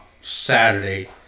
Saturday